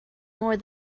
more